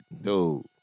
dude